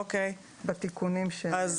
התיקונים.